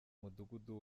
mudugudu